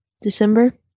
December